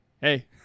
hey